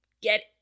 get